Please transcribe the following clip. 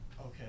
Okay